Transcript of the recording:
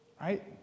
Right